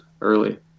early